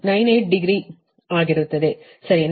98 degree ಆಗಿರುತ್ತದೆ ಸರಿನಾ